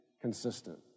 consistent